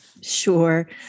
Sure